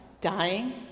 dying